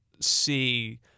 see –